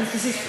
אז תוסיף.